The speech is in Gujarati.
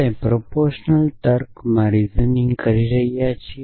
આપણે પ્રોપોરશનલ તર્કમાં રીજનિંગ કરી રહ્યા છીએ